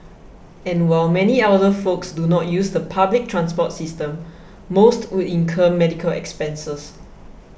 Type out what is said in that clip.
and while many elderly folks do not use the public transport system most would incur medical expenses